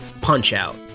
Punch-Out